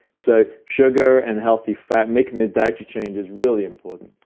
so sugar and healthy fat, making a dietary change, is really important.